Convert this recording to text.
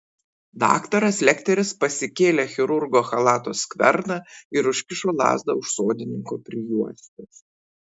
daktaras lekteris pasikėlė chirurgo chalato skverną ir užkišo lazdą už sodininko prijuostės